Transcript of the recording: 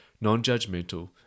non-judgmental